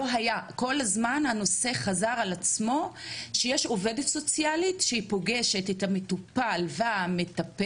לא היה כל זמן הנושא חזר על עצמו שיש עו"ס שהיא פוגשת את המטופל והמטפלת